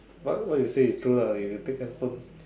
what what you say is true lah if you take hand phone